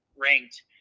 ranked